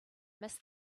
miss